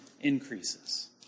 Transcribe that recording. increases